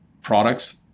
products